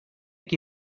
qui